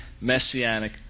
messianic